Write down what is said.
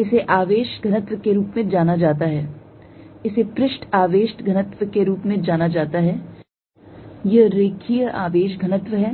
इसे आवेश घनत्व के रूप में जाना जाता है इसे पृष्ठ आवेश घनत्व के रूप में जाना जाता है यह रेखीय आवेश घनत्व है